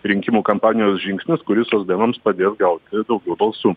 rinkimų kampanijos žingsnis kuris socdemams padėjo gauti tokių balsų